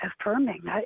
affirming